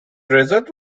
result